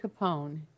Capone